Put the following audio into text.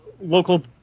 local